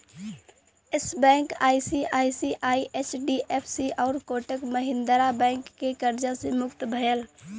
yes Bank ICICI, HDFC आउर Kotak Mahindra Bank के कर्जा से मुक्त भयल